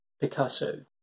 Picasso